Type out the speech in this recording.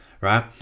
right